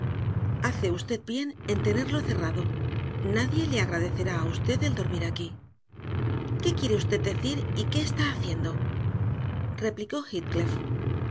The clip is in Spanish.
hace usted bien en tenerlo cerrado nadie le agradecerá a usted el dormir aquí qué quiere usted decir y qué está haciendo replicó